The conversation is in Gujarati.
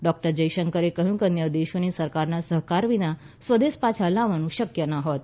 ડોકટર જયશંકરે કહ્યું કે અન્ય દેશોની સરકારોના સહકાર વિના સ્વદેશ પાછા લાવવાનું શક્ય ન હોત